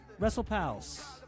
WrestlePals